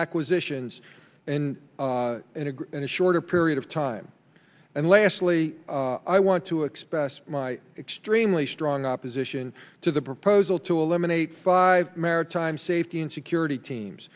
acquisitions and in a shorter period of time and lastly i want to express my extremely strong opposition to the proposal to eliminate five maritime safety and security teams